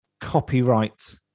Copyright